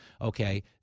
okay